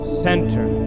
center